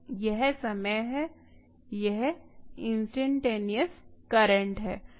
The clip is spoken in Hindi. यह समय है यह इंस्टैंटनेयस करंट है